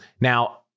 Now